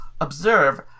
Observe